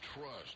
trust